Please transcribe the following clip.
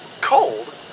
Cold